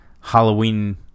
Halloween